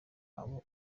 abo